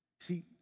See